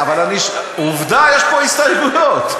עובדה, יש פה הסתייגויות.